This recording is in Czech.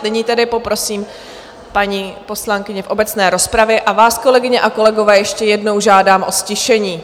Nyní tedy poprosím paní poslankyni v obecné rozpravě a vás, kolegyně a kolegové, ještě jednou žádám o ztišení.